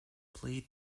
plead